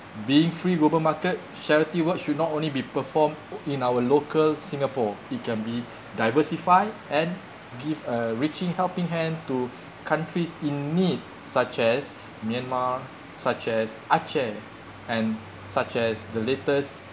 being free global market charity work should not only be performed in our local singapore it can be diversify and give a reaching helping hand to countries in need such as myanmar such as aceh and such as the latest